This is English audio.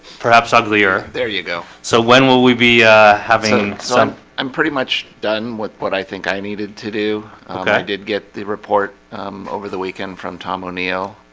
perhaps uglier there you go. so when will we be having some i'm pretty much done with what i think i needed to do i did get the report over the weekend from tom o'neill.